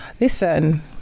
listen